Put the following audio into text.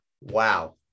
Wow